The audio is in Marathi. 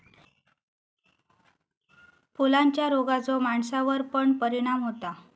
फुलांच्या रोगाचो माणसावर पण परिणाम होता